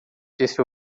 disse